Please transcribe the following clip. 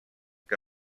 que